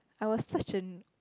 I was such a n~